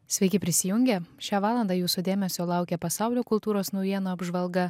sveiki prisijungę šią valandą jūsų dėmesio laukia pasaulio kultūros naujienų apžvalga